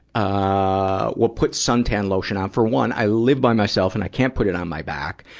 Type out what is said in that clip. ah well, put suntan lotion on. for one, i live by myself and i can't put it on my back.